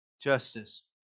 justice